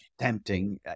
tempting